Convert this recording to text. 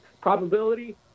Probability